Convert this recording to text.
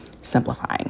simplifying